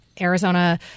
Arizona